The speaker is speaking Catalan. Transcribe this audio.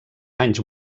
anys